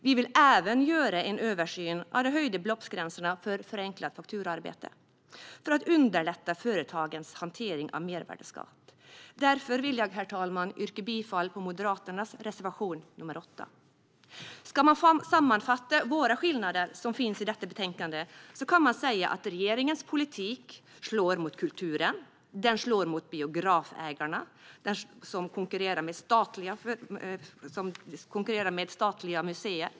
Vi vill även göra en översyn av höjda beloppsgränser för förenklad faktura för att underlätta företagens hantering av mervärdesskatt. Därför vill jag, herr talman, yrka bifall till Moderaternas reservation nr 8. Ska man sammanfatta skillnaderna i detta betänkande kan man säga: Regeringens politik slår mot kulturen. Den slår mot biografägarna, som konkurrerar med statliga museer.